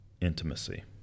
Intimacy